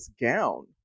gown